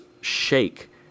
shake